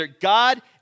God